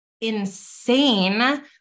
insane